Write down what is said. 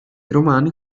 romani